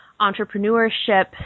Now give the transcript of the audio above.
entrepreneurship